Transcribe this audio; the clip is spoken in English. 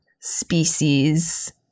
species